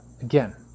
again